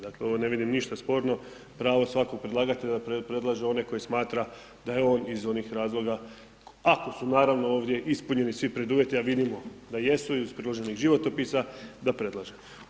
Dakle, ovo ne vidim ništa sporno, pravo svakog predlagatelja predlaže onaj koji smatra da je on iz onih razloga, ako su naravno ovdje ispunjeni svi preduvjeti, a vidimo da jesu iz priloženih životopisa, da predlažemo.